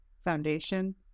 foundation